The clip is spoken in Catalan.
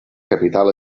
capital